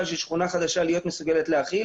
של שכונה חדשה להיות מסוגלת להכיל.